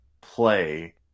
play